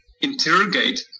interrogate